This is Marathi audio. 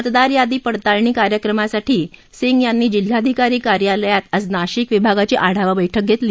मतदार यादी पडताळणी कार्यक्रमासाठी सिंग यांनी जिल्हाधिकारी कार्यलयात आज नाशिक विभागाची आढावा बैठक घेतली